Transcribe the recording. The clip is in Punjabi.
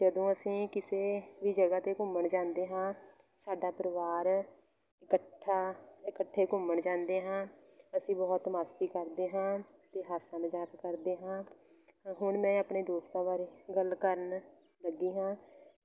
ਜਦੋਂ ਅਸੀਂ ਕਿਸੇ ਵੀ ਜਗ੍ਹਾ 'ਤੇ ਘੁੰਮਣ ਜਾਂਦੇ ਹਾਂ ਸਾਡਾ ਪਰਿਵਾਰ ਇਕੱਠਾ ਇਕੱਠੇ ਘੁੰਮਣ ਜਾਂਦੇ ਹਾਂ ਅਸੀਂ ਬਹੁਤ ਮਸਤੀ ਕਰਦੇ ਹਾਂ ਅਤੇ ਹਾਸਾ ਮਜ਼ਾਕ ਕਰਦੇ ਹਾਂ ਹੁਣ ਮੈਂ ਆਪਣੇ ਦੋਸਤਾਂ ਬਾਰੇ ਗੱਲ ਕਰਨ ਲੱਗੀ ਹਾਂ